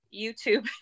YouTube